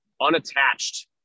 unattached